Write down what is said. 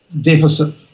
deficit